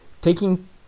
Taking